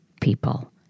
people